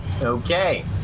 Okay